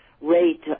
rate